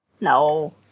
No